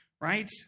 right